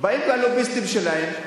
באים לוביסטים שלהן,